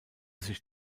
sich